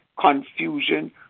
confusion